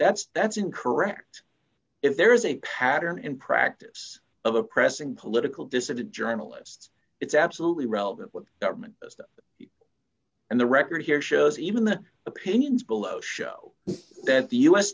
that's that's in correct if there's a pattern in practice of oppressing political dissident journalists it's absolutely relevant what government and the record here shows even the opinions below show that the u